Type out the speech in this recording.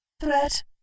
Threat